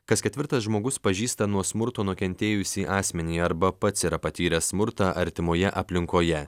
kas ketvirtas žmogus pažįsta nuo smurto nukentėjusį asmenį arba pats yra patyręs smurtą artimoje aplinkoje